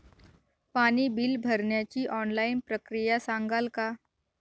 पाणी बिल भरण्याची ऑनलाईन प्रक्रिया सांगाल का?